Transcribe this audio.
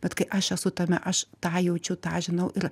bet kai aš esu tame aš tą jaučiu tą žinau ir